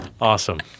awesome